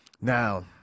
Now